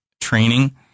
training